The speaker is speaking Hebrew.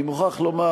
אני מוכרח לומר